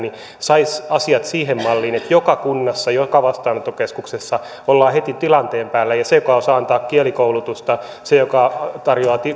saisi asiat siihen malliin että joka kunnassa joka vastaanottokeskuksessa ollaan heti tilanteen päällä ja se joka osaa antaa kielikoulutusta se joka tarjoaa